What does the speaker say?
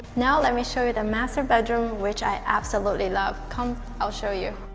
now let me show you the master bedroom which i absolutely love! come i'll show you.